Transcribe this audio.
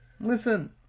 Listen